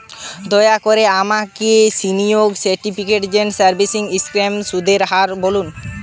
দয়া করে আমাকে সিনিয়র সিটিজেন সেভিংস স্কিমের সুদের হার বলুন